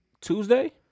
Tuesday